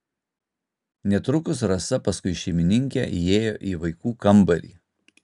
netrukus rasa paskui šeimininkę įėjo į vaikų kambarį